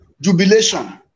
jubilation